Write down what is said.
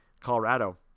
Colorado